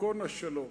ייכון השלום.